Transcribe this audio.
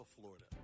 Florida